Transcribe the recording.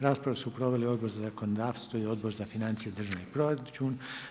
Raspravu su proveli Odbor za zakonodavstvo i Odbor za financije i državni proračun.